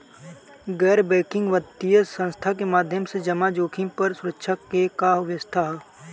गैर बैंकिंग वित्तीय संस्था के माध्यम से जमा जोखिम पर सुरक्षा के का व्यवस्था ह?